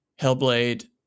Hellblade